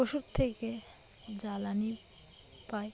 পশুর থেকে জ্বালানি পায়